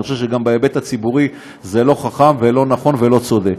אני חושב שגם בהיבט הציבורי זה לא חכם ולא נכון ולא צודק.